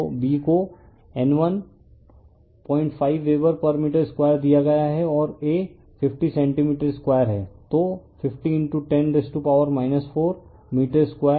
तो B को N15 weber पर मीटर2 दिया गया है और A 50 सेंटीमीटर2 है तो 5010 4 मीटर 2